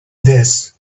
this